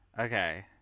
Okay